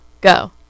go